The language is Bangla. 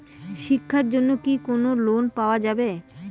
শিক্ষার জন্যে কি কোনো লোন পাওয়া যাবে?